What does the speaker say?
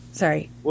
Sorry